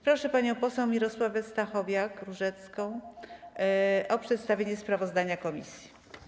Proszę panią poseł Mirosławę Stachowiak-Różecką o przedstawienie sprawozdania komisji.